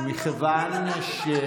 מכיוון,